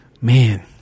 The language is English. Man